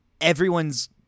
everyone's